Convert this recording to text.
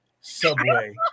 Subway